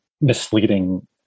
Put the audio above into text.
misleading